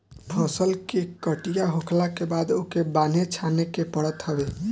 फसल के कटिया होखला के बाद ओके बान्हे छाने के पड़त हवे